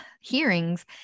hearings